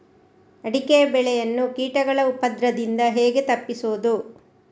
ಅಡಿಕೆ ಬೆಳೆಯನ್ನು ಕೀಟಗಳ ಉಪದ್ರದಿಂದ ಹೇಗೆ ತಪ್ಪಿಸೋದು?